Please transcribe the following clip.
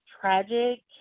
tragic